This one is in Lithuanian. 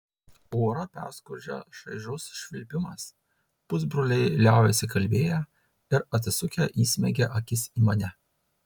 orą perskrodžia šaižus švilpimas pusbroliai liaujasi kalbėję ir atsisukę įsmeigia akis į mane